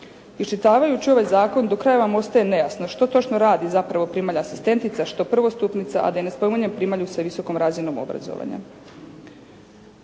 Iščitavajući ovaj zakon do kraja vam ostaje nejasno što točno radi zapravo primalja asistentica, što prvostupnica a da i ne spominjem primalju sa visokom razinom obrazovanja?